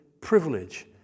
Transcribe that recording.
privilege